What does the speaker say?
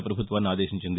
ప్రపభుత్వాన్ని అదేశించింది